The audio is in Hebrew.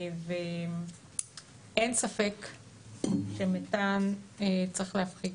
אין ספק שמתאן צריך להפחית,